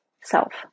self